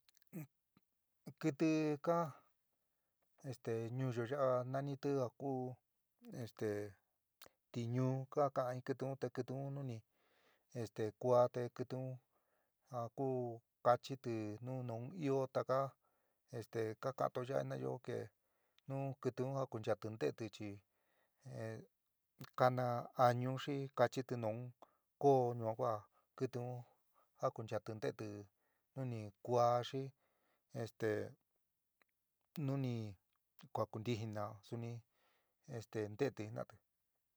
Kɨtɨ ká. este ñuyooó ya´a nanitɨ ja kú este tiñú kaka'an jin kɨtɨ un te kɨtɨ un nu ni este kuá te kɨtɨ un ja ku kachitɨ nu nu ɨó taka este ka ka'anto ya'a jinayo, ke nu kɨtɨ un jakunchatɨ nteetɨ chi kana añu xi kachitɨ nuú koó yua kua kɨtɨ un jakunchatɨ nte'etɨ nu ni kuá xi este nu ni kuakuntijina suni nteetɨ jina'atɨ.